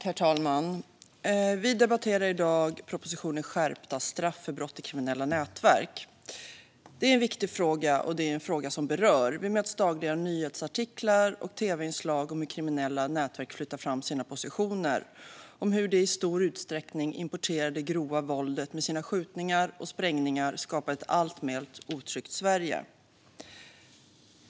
Herr talman! Vi debatterar i dag propositionen Skärpta straff för brott i kriminella nätverk . Det är en viktig fråga, och det är en fråga som berör. Vi möts dagligen av nyhetsartiklar och tv-inslag om hur kriminella nätverk flyttar fram sina positioner och om hur det i stor utsträckning importerade grova våldet med sina skjutningar och sprängningar skapat ett alltmer otryggt Sverige.